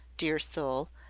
dear soul!